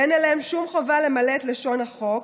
ואין להן שום חובה למלא את לשון החוק,